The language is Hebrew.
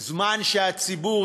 זמן שהציבור